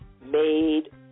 made